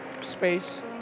space